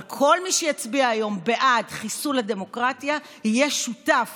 אבל כל מי שיצביע היום בעד חיסול הדמוקרטיה יהיה שותף